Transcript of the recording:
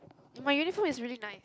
my uniform is really nice